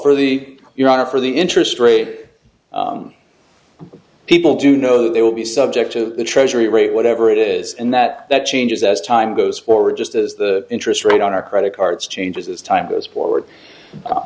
are for the interest rate people do know they will be subject to the treasury rate whatever it is and that that changes as time goes forward just as the interest rate on our credit cards changes as time goes forward